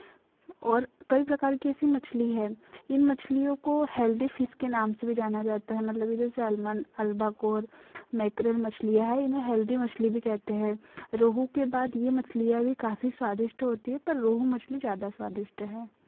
और कई प्रकार के ऐसी मछली हैं इन मछलियों को हेल्दी फिश के नाम से भी जाना जाता है मतलब यह जो सैलमन अल्बाकोर मैकरेन मछलियाँ है इन्हें हेल्दी मछली भी कहते हैं रोहू के बाद यह मछलियाँ भी काफ़ी स्वादिष्ट होती हैं पर रोहू मछली ज़्यादा स्वादिष्ट है